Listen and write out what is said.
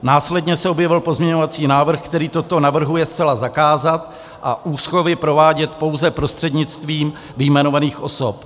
Následně se objevil pozměňovací návrh, který toto navrhuje zcela zakázat a úschovy provádět pouze prostřednictvím vyjmenovaných osob.